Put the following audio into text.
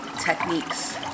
techniques